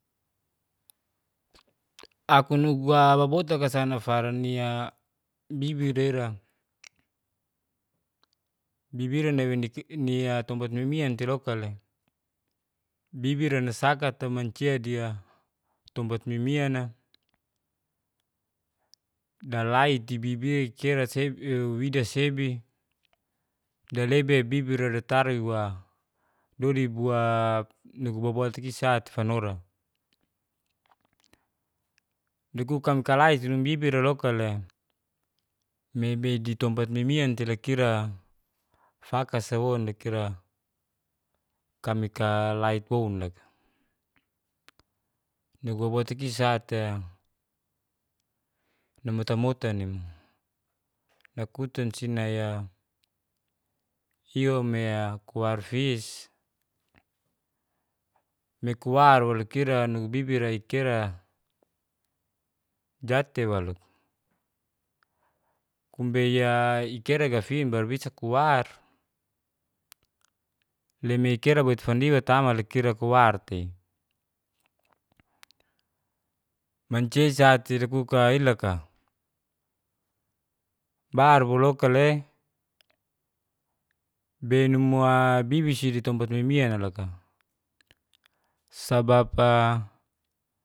Aku nugu'a babotaka sanofarania bibira ira, bibira nia tompat mimian tei loka le, bibira nasaka tei mancia dia tompat mimiana. Dalaiti bibia kira widasebi, dalea bibira ira ratariwa dodibua nugu babuati gisati fanora. Nugu kam kalai bibira loka le mebe ditompat mimian tei lakira faka saon lakira kamika laitwoun laka. nugu babbuati gisati namota-motani mo, nakutan sinaya yomea kuarfis mekuaru lakira nugu bibira'i kira jati walo. kumbeya ikera gafin baru bisa kuar, limeikira boitfandiwa tama lekira kuar tei. Mancia jatira kuka'it loka, bar bualoka le benumuia bibisi ditompat mimiana loka, sabab'a